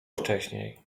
wcześniej